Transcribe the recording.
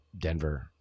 Denver